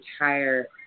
entire